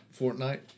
Fortnite